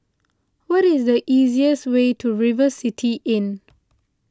what is the easiest way to River City Inn